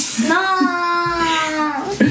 no